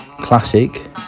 classic